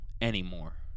anymore